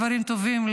דברים טובים,